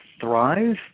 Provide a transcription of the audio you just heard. thrive